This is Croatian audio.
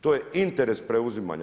To je interes preuzimanja.